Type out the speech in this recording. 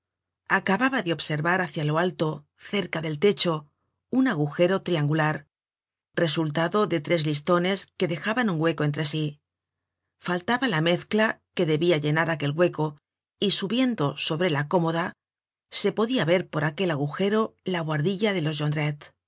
acababa de observar hácia lo alto cerca del techo un agujero triangular resultado de tres listones que dejaban un hueco entre sí faltaba la mezcla que debia llenar aquel hueco y subiendo sobre la cómoda se podia ver por aquel agujero la buhardilla de los